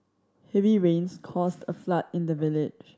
heavy rains caused a flood in the village